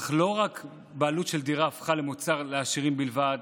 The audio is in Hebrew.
אך לא רק בעלות על דירה הפכה למוצר לעשירים בלבד,